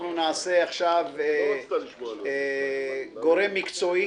נעשה עכשיו גורם מקצועי